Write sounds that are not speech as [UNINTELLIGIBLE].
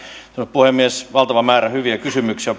puhemies valtava määrä hyviä kysymyksiä [UNINTELLIGIBLE]